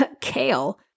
kale